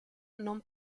non